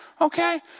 Okay